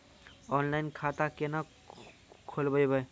Online खाता केना खोलभैबै?